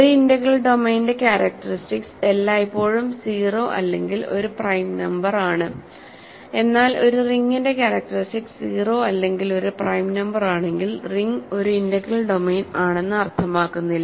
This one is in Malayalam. ഒരു ഇന്റഗ്രൽ ഡൊമെയ്നിന്റെ ക്യാരക്ടറിസ്റ്റിക്സ് എല്ലായ്പ്പോഴും 0 അല്ലെങ്കിൽ ഒരു പ്രൈം നമ്പറാണ് എന്നാൽ ഒരു റിംഗിന്റെ ക്യാരക്ടറിസ്റ്റിക്സ് 0 അല്ലെങ്കിൽ ഒരു പ്രൈം നമ്പറാണെങ്കിൽ റിംഗ് ഒരു ഇന്റഗ്രൽ ഡൊമെയ്ൻ ആണെന്ന് അർത്ഥമാക്കുന്നില്ല